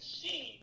see